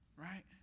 Right